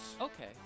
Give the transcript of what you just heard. Okay